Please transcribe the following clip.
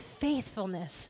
faithfulness